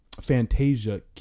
Fantasia